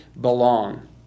belong